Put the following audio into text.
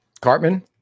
Cartman